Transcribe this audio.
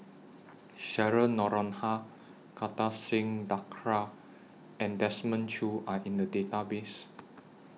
Cheryl Noronha Kartar Singh Thakral and Desmond Choo Are in The Database